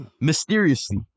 mysteriously